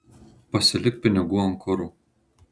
pasilik pinigų ant kuro